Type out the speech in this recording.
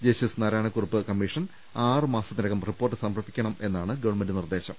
justice Narayanakurup commission ആറുമാസത്തിനകം report സമർപ്പിക്കണമെന്നാ ണ് ഗവൺമെന്റ് നിർദ്ദേശം